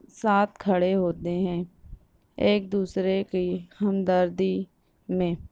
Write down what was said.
ساتھ کھڑے ہوتے ہیں ایک دوسرے کی ہمدردی میں